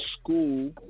school